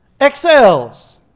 excels